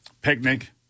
picnic